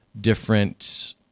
different